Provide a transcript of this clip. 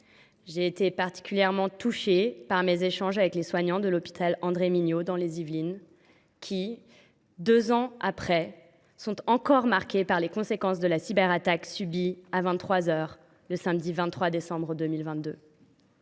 J’ai été particulièrement touchée par mes échanges avec les soignants de l’hôpital André Mignot, dans les Yvelines. Ces derniers sont encore marqués par les conséquences de la cyberattaque subie à vingt trois heures, le samedi 3 décembre 2022,